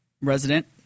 resident